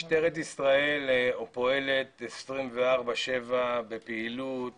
משטרת ישראל פועלת 24/7 בפעילות